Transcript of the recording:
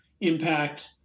impact